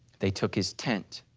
they took his tent